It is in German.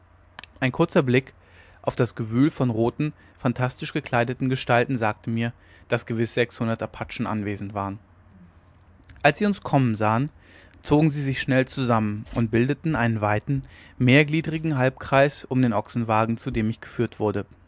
ein kurzer blick auf das gewühl von roten phantastisch gekleideten gestalten sagte mir daß gewiß sechshundert apachen anwesend waren als sie uns kommen sahen zogen sie sich schnell zusammen und bildeten einen weiten mehrgliedrigen halbkreis um den ochsenwagen zu dem ich geführt wurde